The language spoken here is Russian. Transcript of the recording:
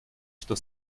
что